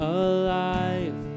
alive